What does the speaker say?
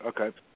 Okay